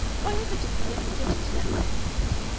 why ever did you let me get into that wagonette?